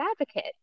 advocate